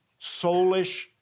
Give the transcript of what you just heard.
soulish